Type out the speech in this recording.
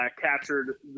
captured